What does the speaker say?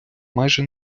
майже